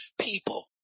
people